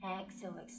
Exhale